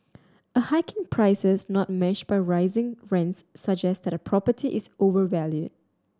a hike in prices not matched by rising rents suggests that a property is overvalued